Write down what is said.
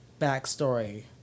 backstory